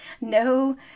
no